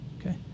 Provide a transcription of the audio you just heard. okay